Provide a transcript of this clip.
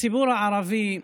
הציבור הערבי,